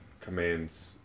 commands